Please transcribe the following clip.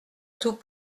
tout